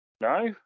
No